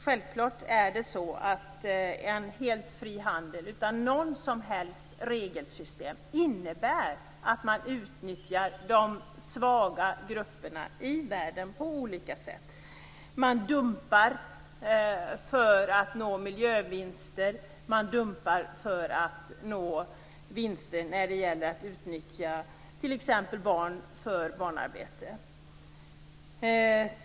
Självklart är det så att en helt fri handel utan något som helst regelsystem innebär att man utnyttjar de svaga grupperna i världen på olika sätt. Man dumpar för att nå miljövinster. Man dumpar för att nå vinster t.ex. genom att utnyttja barn för barnarbete.